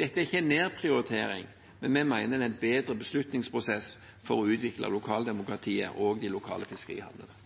Dette er ikke en nedprioritering, men vi mener det er en bedre beslutningsprosess for å utvikle lokaldemokratiet og de lokale fiskerihavnene.